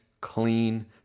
clean